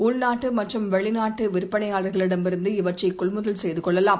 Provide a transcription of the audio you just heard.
உள்நாட்டு மற்றும் வெளிநாட்டு விற்பனை யாளர்களிடமிருந்து இவற்றை கொள்முதல் செய்து கொள்ளலாம்